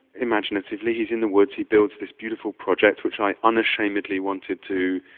imaginatively, he's in the woods, he builds this beautiful project which i unashamedly wanted to.